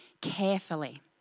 carefully